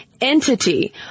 entity